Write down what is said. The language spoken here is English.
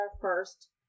first